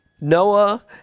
Noah